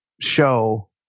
show